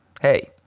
hey